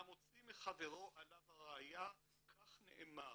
"המוציא מחברו עליו הראיה" כך נאמר.